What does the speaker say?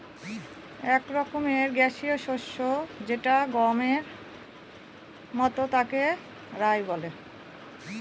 এক রকমের গ্যাসীয় শস্য যেটা গমের মতন তাকে রায় বলে